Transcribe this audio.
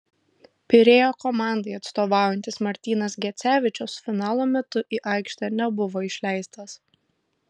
pirėjo komandai atstovaujantis martynas gecevičius finalo metu į aikštę nebuvo išleistas